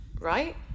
right